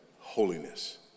holiness